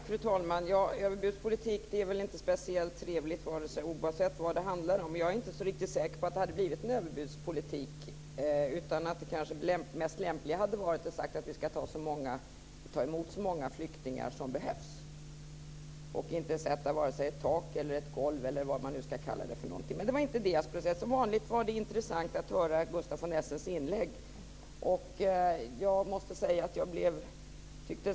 Fru talman! Överbudspolitik är väl inte speciellt trevligt oavsett vad det handlar om. Men jag är inte så säker på att det hade blivit en överbudspolitik. Det mest lämpliga kanske hade varit att säga att Sverige ska ta emot så många flyktingar som behövs. Man skulle inte ha satt vare sig ett tak eller ett golv, eller vad man nu ska kalla det för. Men det var inte det jag skulle säga nu. Som vanligt var det intressant att höra Gustaf von Essens inlägg.